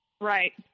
Right